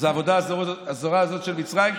אז העבודה הזרה הזאת של מצרים,